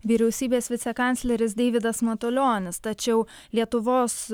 vyriausybės vicekancleris deividas matulionis tačiau lietuvos